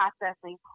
processing